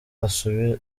asobanura